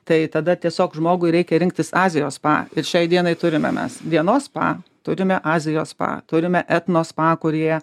tai tada tiesiog žmogui reikia rinktis azijos spa ir šiai dienai turime mes dienos spa turime azijos spa turime etnosą kurie